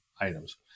items